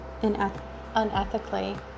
unethically